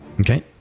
Okay